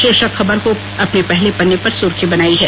शीर्षक खबर को अपनी पहले पन्ने की सुर्खियां बनायी है